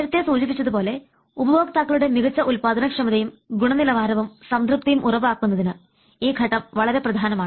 നേരത്തെ സൂചിപ്പിച്ചതു പോലെ ഉപഭോക്താക്കളുടെ മികച്ച ഉൽപ്പാദനക്ഷമതയും ഗുണനിലവാരവും സംതൃപ്തിയും ഉറപ്പാക്കുന്നതിന് ഈ ഘട്ടം വളരെ പ്രധാനമാണ്